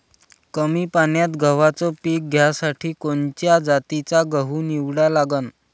कमी पान्यात गव्हाचं पीक घ्यासाठी कोनच्या जातीचा गहू निवडा लागन?